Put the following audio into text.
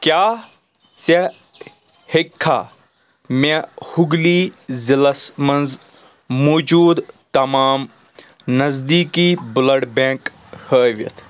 کیٛاہ ژٕ ہیٚکہِ کھا مےٚ ہوگلی ضِلعس منٛز موجوٗد تمام نزدیٖکی بٕلَڈ بیٚنٛک ہٲیِتھ